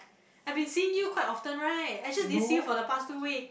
I've been seeing you quite often right I just didn't see you for the past two week